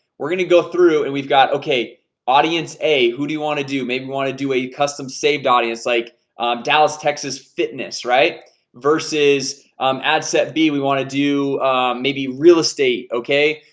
we're gonna go through and we've got okay audience a who do you want to do maybe want to do a custom saved audience like dallas, texas fitness, right versus um ad set b we want to do maybe real estate okay,